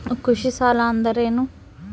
ಕೃಷಿ ಸಾಲ ಅಂದರೇನು?